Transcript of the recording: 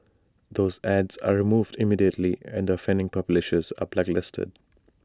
those ads are removed immediately and the offending publishers are blacklisted